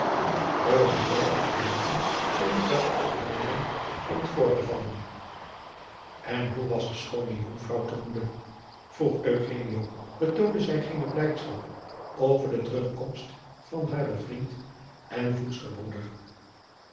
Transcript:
alles is wel afgeloopen zonder verdere opheldering van het voorgevallene en hoe was de schoone jonkvrouw te moede vroeg eugenio betoonde zij geene blijdschap over de terugkomst van haren vriend en voedsterbroeder